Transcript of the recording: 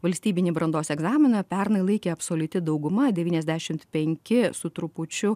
valstybinį brandos egzaminą pernai laikė absoliuti dauguma devyniasdešimt penki su trupučiu